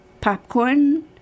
popcorn